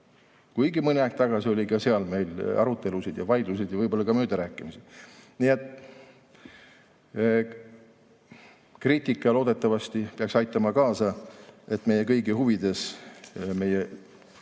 Kuigi mõni aeg tagasi oli ka sel teemal meil arutelusid ja vaidlusi ja võib-olla ka möödarääkimisi. Kriitika loodetavasti peaks aitama kaasa, et meie kõigi huvides meie